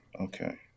Okay